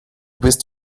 bist